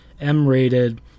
M-rated